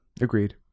Agreed